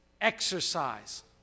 exercise